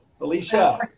Alicia